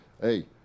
hey